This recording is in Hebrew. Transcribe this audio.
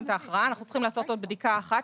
את ההכרעה אנחנו צריכים לעשות עוד בדיקה אחת,